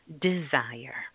desire